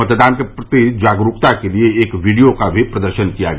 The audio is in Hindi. मतदान के प्रति जागरूकता के लिए एक वीडियो का भी प्रदर्शन किया गया